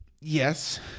yes